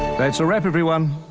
that's a wrap everyone,